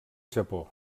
japó